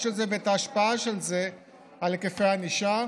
של זה ואת ההשפעה של זה על היקפי הענישה